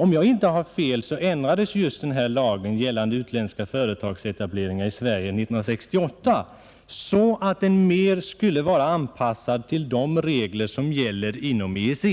Om jag inte har fel ändrades lagen om utländska företagsetableringar år 1968 för att den skulle bli bättre anpassad till de regler som gäller inom EEC.